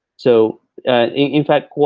so in fact,